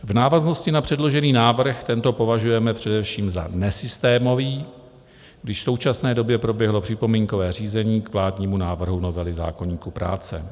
V návaznosti na předložený návrh tento považujeme především za nesystémový, když v současné době proběhlo připomínkové řízení k vládnímu návrhu novely zákoníku práce.